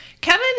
Kevin